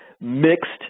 mixed